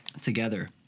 together